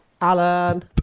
Alan